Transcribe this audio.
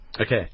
Okay